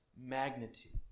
magnitude